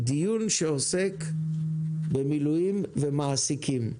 דיון שעוסק במילואים ומעסיקים,